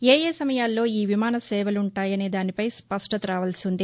ఏయే సమయాల్లో ఈ విమాన సేవలుంటాయనేదానిపై స్పష్టత రావల్సి ఉంది